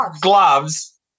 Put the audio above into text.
gloves